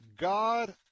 God